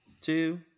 two